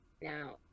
now